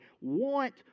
want